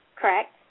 correct